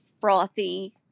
frothy